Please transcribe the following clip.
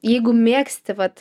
jeigu mėgsti vat